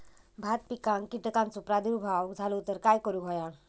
भात पिकांक कीटकांचो प्रादुर्भाव झालो तर काय करूक होया?